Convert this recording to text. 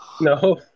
No